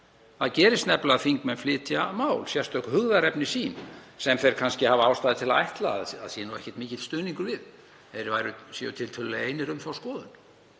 Það gerist nefnilega að þingmenn flytja mál, sérstök hugðarefni sín, sem þeir kannski hafa ástæðu til að ætla að ekki sé mikill stuðningur við, þeir séu tiltölulega einir um þá skoðun.